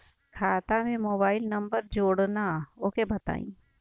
खाता में mobile number जोड़ना ओके बताई?